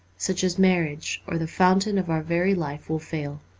such as marriage, or the fountain of our very life will fail.